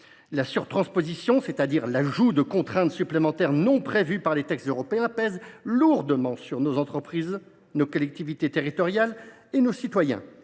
la surtransposition, c’est à dire l’ajout de contraintes supplémentaires non prévues par les textes européens, pèse lourdement sur nos entreprises, nos collectivités territoriales et nos citoyens